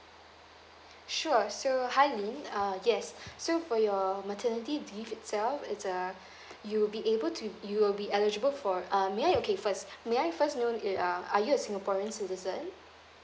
sure so hi ling uh yes so for your maternity leave itself it's uh you'll be able to you'll be eligible for um may I okay first may I first know you are are you a singaporean citizen